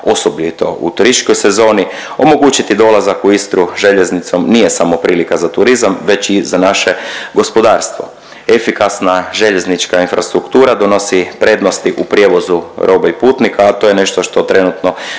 osobito u turističkoj sezoni, omogućiti dolazak u Istru željeznicom nije samo prilika za turizam već i za naše gospodarstvo. Efikasna željeznička infrastruktura donosi prednosti u prijevozu robe i putnika, a to je nešto što trenutno